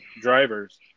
drivers